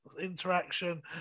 interaction